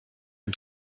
ein